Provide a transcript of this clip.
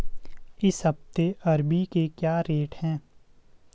इस हफ्ते अरबी के क्या रेट हैं?